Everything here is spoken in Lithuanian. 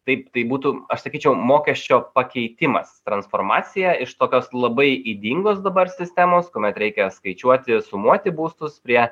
taip tai būtų aš sakyčiau mokesčio pakeitimas transformacija iš tokios labai ydingos dabar sistemos kuomet reikia skaičiuoti sumuoti būstus prie